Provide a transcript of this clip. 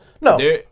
No